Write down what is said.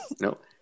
Nope